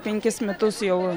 penkis metus jau